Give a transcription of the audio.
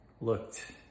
looked